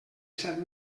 set